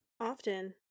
Often